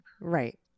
Right